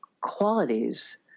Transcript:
qualities